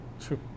True